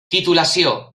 titulació